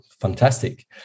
fantastic